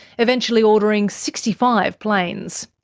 eventually ordering sixty five planes.